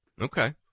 Okay